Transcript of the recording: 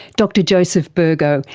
dr joseph burgo,